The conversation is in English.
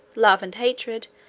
love and hatred,